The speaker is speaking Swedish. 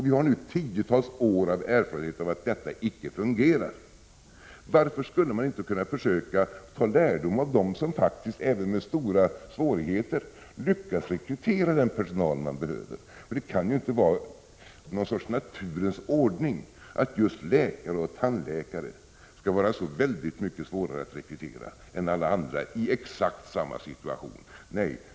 Vi har nu ett tiotal år av erfarenhet av att detta inte fungerar. Varför skulle man inte kunna försöka ta lärdom av dem som, faktiskt även de med stora svårigheter, lyckas rekrytera den personal de behöver? Det kan inte vara någon sorts naturens ordning att just läkare och tandläkare skall vara så väldigt mycket svårare att rekrytera än alla andra i exakt samma situation.